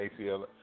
ACL